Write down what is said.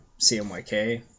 CMYK